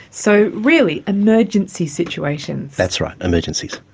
so really emergency situations. that's right, emergencies.